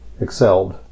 excelled